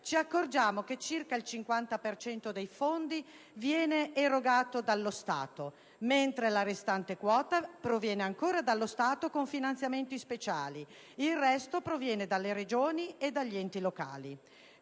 ci accorgiamo che circa il 50 per cento dei fondi viene erogato dallo Stato, mentre la restante quota proviene ancora dallo Stato con finanziamenti speciali e dalle Regioni e dagli enti locali.